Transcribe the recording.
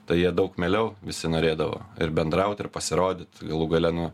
tai jie daug mieliau visi norėdavo ir bendraut ir pasirodyt galų gale nu